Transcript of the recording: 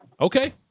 Okay